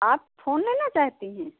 आप फोन लेना चाहती हैं